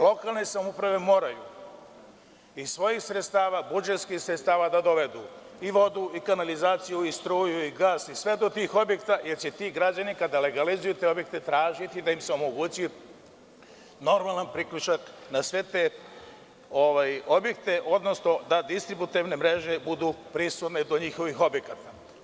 Lokalne samouprave moraju iz svojih sredstava, budžetskih sredstava da dovedu vodu, kanalizaciju, struju, gas, sve do tih objekata jer će ti građani kada legalizuju te objekte, tražiti da im se omogući normalan priključak na sve te objekte, odnosno da distributerne mreže budu prisutne do njihovih objekata.